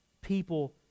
people